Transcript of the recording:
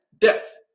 death